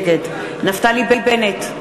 נגד נפתלי בנט,